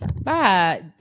Bye